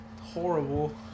horrible